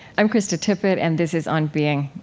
i'm krista tippett, and this is on being.